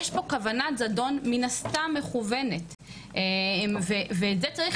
יש פה כוונת זדון מן הסתם מכוונת ואת זה צריך